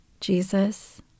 Jesus